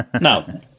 Now